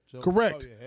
Correct